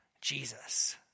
Jesus